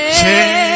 change